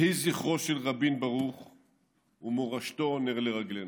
יהי זכרו של רבין ברוך ומורשתו, נר לרגלינו.